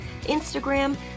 instagram